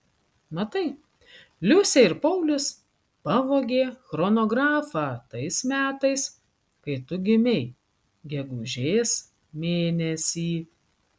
matai liusė ir paulius pavogė chronografą tais metais kai tu gimei gegužės mėnesį